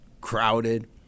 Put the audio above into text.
crowded